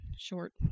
short